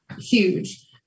Huge